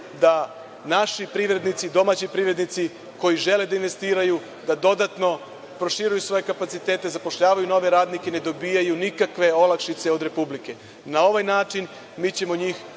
da naši privrednici, domaći privrednici, koji žele da investiraju da dodatno proširuju svoje kapacitete, zapošljavaju nove radnike ne dobijaju nikakve olakšice od Republike. Na ovaj način mi ćemo njih